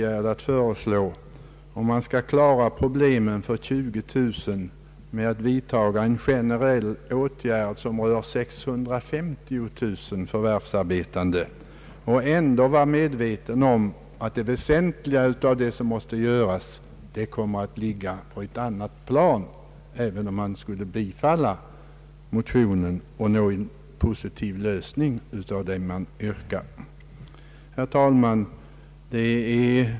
Skall man försöka lösa problemen för 20 000 människor genom att vidta en generell åtgärd som berör 650 000 arbetande, när man ändå är medveten om att det väsentliga av det som måste göras ligger på ett annat plan? Herr talman!